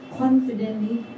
confidently